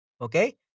okay